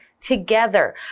together